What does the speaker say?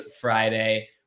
Friday